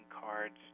cards